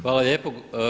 Hvala lijepo.